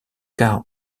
quart